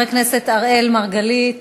חבר הכנסת אראל מרגלית,